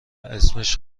اسمش